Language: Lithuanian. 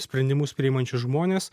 sprendimus priimančius žmones